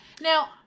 Now